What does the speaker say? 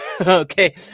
Okay